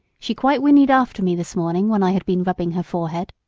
she quite whinnied after me this morning when i had been rubbing her forehead.